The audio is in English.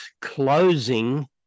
closing